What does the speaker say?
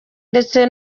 ndetse